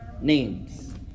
names